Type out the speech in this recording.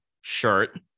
shirt